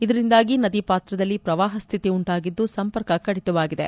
ಇದರಿಂದಾಗಿ ನದಿಪಾತ್ರದಲ್ಲಿ ಪ್ರವಾಹ ಸ್ಥಿತಿ ಉಂಟಾಗಿದ್ದು ಸಂಪರ್ಕ ಕಡಿತವಾಗಿದೆ